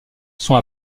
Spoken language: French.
sont